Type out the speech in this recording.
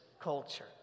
culture